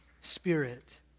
spirit